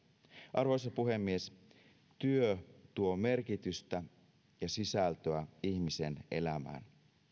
arvoisa puhemies työ tuo merkitystä ja sisältöä ihmisen elämään